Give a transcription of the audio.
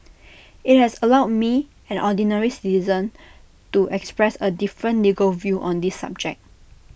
IT has allowed me an ordinary citizen to express A different legal view on this subject